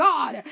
God